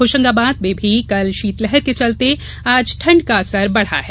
होशंगाबाद में भी कल शीतलहर के चलते ठंड का असर बढ़ा है